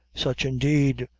such, indeed,